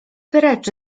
precz